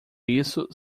isso